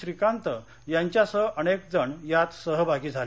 श्रीकांत यांच्यासह अनेकजण यात सहभागी झाले